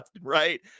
right